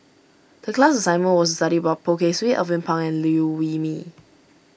the class assignment was to study about Poh Kay Swee Alvin Pang and Liew Wee Mee